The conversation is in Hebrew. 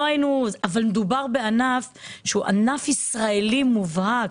אבל מדובר בענף ישראלי מובהק,